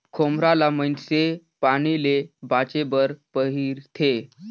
खोम्हरा ल मइनसे पानी ले बाचे बर पहिरथे